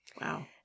Wow